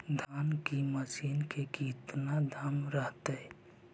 धान की मशीन के कितना दाम रहतय?